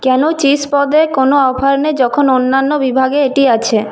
কেন চিজ পদে কোনো অফার নেই যখন অন্যান্য বিভাগে এটি আছে